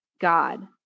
God